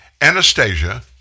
Anastasia